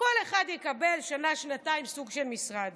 כל אחד יקבל לשנה-שנתיים סוג של משרד.